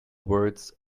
words